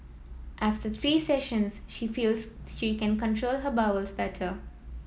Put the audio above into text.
after three sessions she feels she can control her bowels better